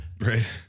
Right